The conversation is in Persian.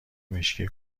مشکی